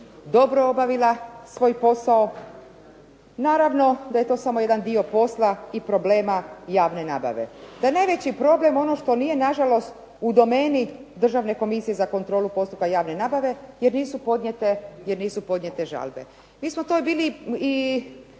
dobro obavila svoj posao. Naravno da je to samo jedan dio posla i problema javne nabave. Da je najveći problem ono što nije nažalost u domeni Državne komisije za kontrolu postupaka javne nabave jer nisu podnijete žalbe. Mi smo to bili i